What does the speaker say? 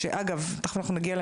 סליחה שאני קוטעת אותך.